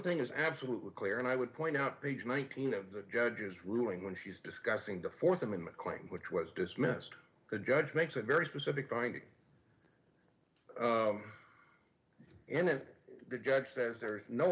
thing is absolutely clear and i would point out page nineteen of the judge's ruling when she's discussing the th amendment claim which was dismissed the judge makes a very specific finding and then the judge says there is no